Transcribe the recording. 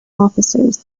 officers